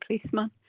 policeman